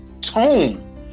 tone